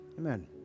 Amen